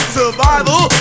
survival